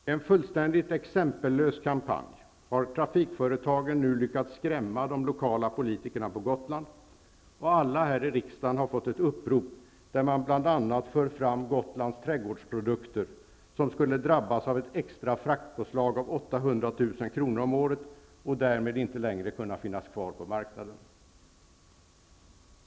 I en fullständigt exempellös kampanj har trafikföretagen nu lyckats skrämma de lokala politikerna på Gotland, och alla här i riksdagen har fått ett upprop där man bl.a. för fram Gotlands Trädgårdsprodukter som skulle drabbas av ett extra fraktpåslag med 800 000 kr. om året och därmed inte längre kunna finnas kvar på marknaden.